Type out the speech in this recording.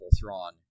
Thrawn